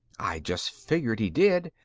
i just figured he did.